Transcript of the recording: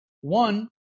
One